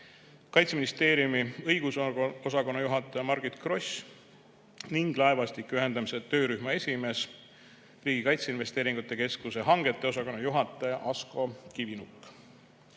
Kaitseministeeriumi õigusosakonna juhataja Margit Gross ning laevastike ühendamise töörühma esimees, Riigi Kaitseinvesteeringute Keskuse hangete osakonna juhataja Asko Kivinuk. Nüüd